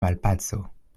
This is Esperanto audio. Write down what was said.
malpaco